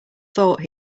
thought